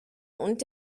und